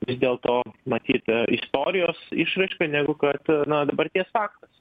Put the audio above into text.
vis dėlto matyt istorijos išraiška negu kad na dabarties faktas